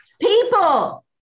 people